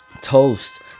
toast